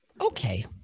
okay